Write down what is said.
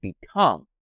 become